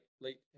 late